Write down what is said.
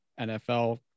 NFL